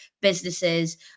businesses